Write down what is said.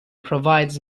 provides